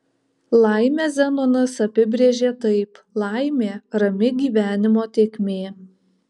laimę zenonas apibrėžė taip laimė rami gyvenimo tėkmė